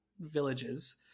villages